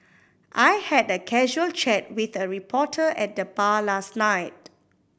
I had a casual chat with a reporter at the bar last night